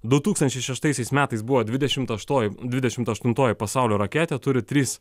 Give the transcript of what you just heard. du tūkstančiai šeštaisiais metais buvo dvidešimt aštuoji dvidešimt aštuntoji pasaulio raketė turi tris